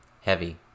Heavy